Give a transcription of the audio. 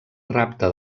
rapte